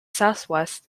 southwest